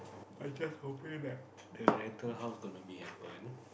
I just hoping that the rental house gonna be happen